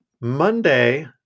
Monday